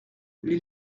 les